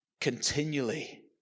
continually